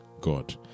God